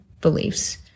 beliefs